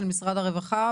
משרד הרווחה,